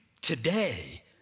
today